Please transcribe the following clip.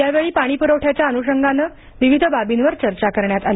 यावेळी पाणीपुरवठ्याच्या अनुषंगानं विविध बाबींवर चर्चा करण्यात आली